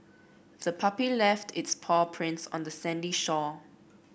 the puppy left its paw prints on the sandy shore